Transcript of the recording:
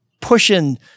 pushing